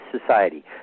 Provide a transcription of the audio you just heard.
society